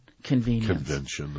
Convenience